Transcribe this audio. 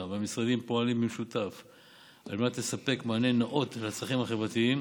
ולמשרדים הפועלים במשותף על מנת לספק מענה נאות לצרכים החברתיים